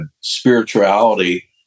spirituality